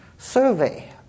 Survey